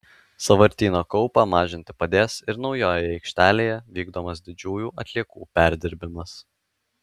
sąvartyno kaupą mažinti padės ir naujojoje aikštelėje vykdomas didžiųjų atliekų perdirbimas